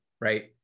right